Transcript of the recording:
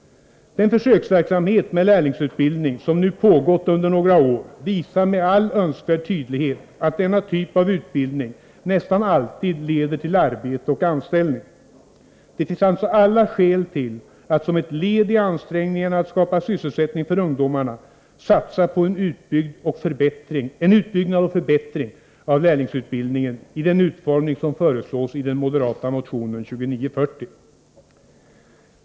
Den försöksverksamhet med lärlingsutbildning som nu pågått under några år visar med all önskvärd tydlighet, att denna typ av utbildning nästan alltid leder till arbete och anställning. Det finns alltså alla skäl att som ett led i ansträngningarna att skapa sysselsättning för ungdomarna satsa på en utbyggnad och förbättring av lärlingsutbildningen i den utformning som föreslås i den moderata motionen 2940.